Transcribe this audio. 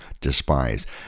despised